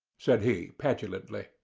said he, petulantly.